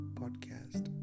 podcast